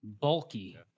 bulky